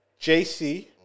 JC